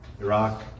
Iraq